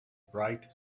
bright